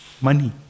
money